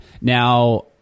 Now